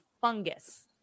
fungus